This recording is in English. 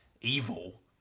evil